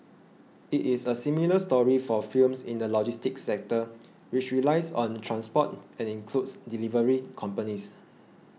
it is a similar story for firms in the logistics sector which relies on transport and includes delivery companies